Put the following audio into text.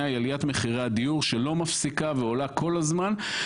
שלא מפסיקה עולה כל הזמן.